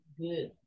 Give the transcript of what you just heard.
good